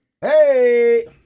Hey